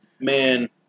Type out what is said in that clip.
man